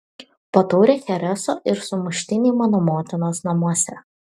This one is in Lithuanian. po taurę chereso ir sumuštinį mano motinos namuose